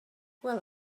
well